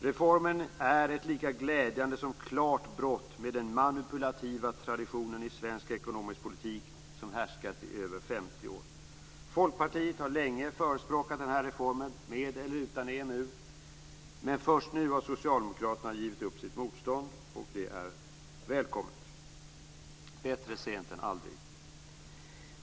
Reformen är ett lika glädjande som klart brott med den manipulativa tradition i svensk ekonomisk politik som har härskat i över 50 år. Folkpartiet har länge förespråkat den här reformen, med eller utan EMU, men först nu har Socialdemokraterna givit upp sitt motstånd. Det är välkommet. Bättre sent än aldrig!